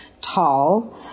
tall